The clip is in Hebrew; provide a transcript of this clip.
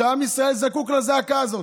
שעם ישראל זקוק לזעקה הזאת,